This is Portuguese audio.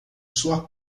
sua